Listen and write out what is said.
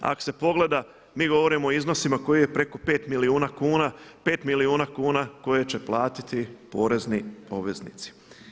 Ako se pogleda mi govorimo o iznosima koji je preko pet milijuna kuna, pet milijuna kuna koje će platiti porezni obveznici.